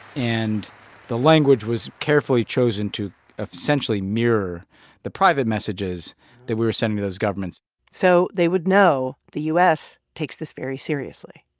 and the language was carefully chosen to essentially mirror the private messages that we were sending to those governments so they would know the u s. takes this very seriously.